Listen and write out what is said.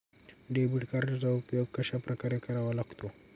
Debit कार्डचा उपयोग कशाप्रकारे करावा लागतो?